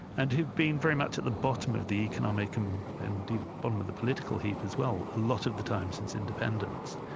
and who've been very much at the bottom of the economic um and the bottom of the political heap as well, a lot of the time since independence,